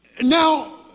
Now